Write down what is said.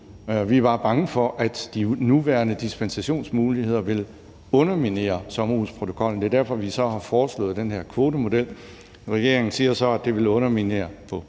Vi er bare bange for, at de nuværende dispensationsmuligheder vil underminere sommerhusprotokollen. Det er derfor, vi har foreslået den her kvotemodel. Regeringen siger så, at det vil underminere på